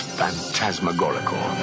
phantasmagorical